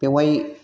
बेवहाय